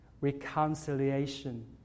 reconciliation